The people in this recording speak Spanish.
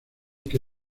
que